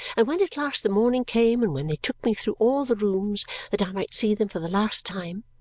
and when at last the morning came and when they took me through all the rooms that i might see them for the last time,